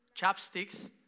chapsticks